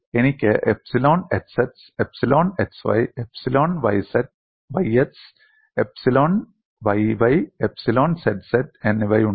എനിക്ക് epsilon xx epsilon xy epsilon yx epsilon yy epsilon zz എന്നിവയുണ്ട്